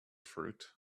fruit